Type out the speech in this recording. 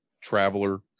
traveler